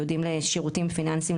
ייעודים לשירותים פיננסים,